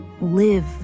live